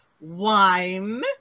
wine